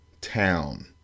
town